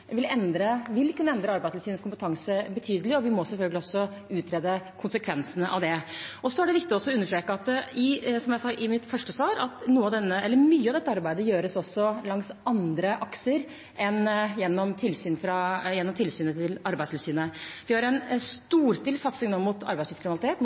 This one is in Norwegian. vil kunne endre Arbeidstilsynets kompetanse betydelig, og vi må selvfølgelig også utrede konsekvensene av det. Så er det viktig også å understreke, som jeg sa i mitt første svar, at mye av dette arbeidet gjøres også langs andre akser enn gjennom tilsynet til Arbeidstilsynet. Vi har en